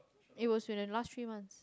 it was in the last three month